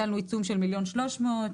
1.3 מיליון.